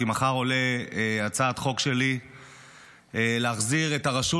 כי מחר עולה הצעת חוק שלי להחזיר את הרשות